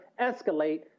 escalate